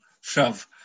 shove